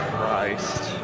Christ